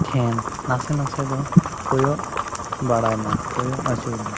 ᱴᱷᱮᱱ ᱱᱟᱥᱮ ᱱᱟᱥᱮ ᱫᱚ ᱠᱚᱭᱚᱜ ᱵᱟᱲᱟᱭ ᱢᱟ ᱠᱚᱭᱚᱜ ᱟᱹᱪᱩᱨᱢᱟ